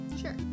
sure